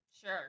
Sure